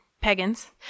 pagans